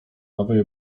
nowej